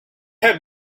have